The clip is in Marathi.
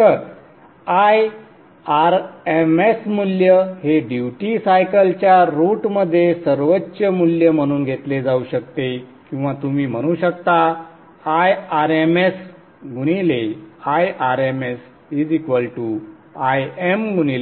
तर Irms मूल्य हे ड्युटी सायकलच्या रूट मध्ये सर्वोच्च मूल्य म्हणून घेतले जाऊ शकते किंवा तुम्ही म्हणू शकता IrmsIrmsIm